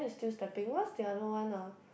still stepping what's the other one ah